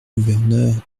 gouverneur